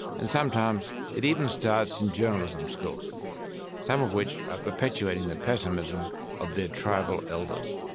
and sometimes it even starts in journalism school some of which are perpetuating the pessimism of their tribal elders.